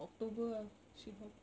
october ah see how